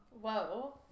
whoa